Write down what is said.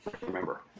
remember